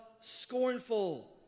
scornful